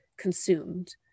consumed